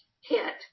hit